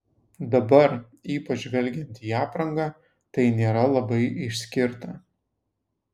dabar ypač žvelgiant į aprangą tai nėra labai išskirta